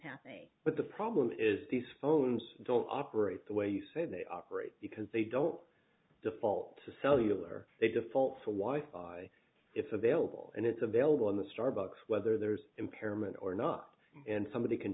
but the problem is these phones don't operate the way you say they operate because they don't default to cellular they default so wife by it's available and it's available in the starbucks whether there's impairment or not and somebody can